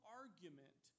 argument